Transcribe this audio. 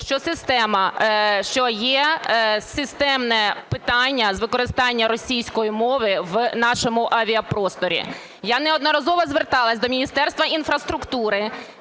що є системне питання з використання російської мови в нашому авіапросторі. Я неодноразово зверталась до Міністерства інфраструктури